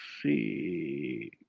see